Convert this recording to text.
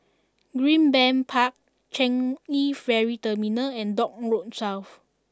Greenbank Park Changi Ferry Terminal and Dock Road South